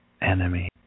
enemy